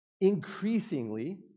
increasingly